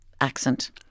accent